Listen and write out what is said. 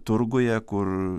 turguje kur